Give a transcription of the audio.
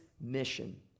mission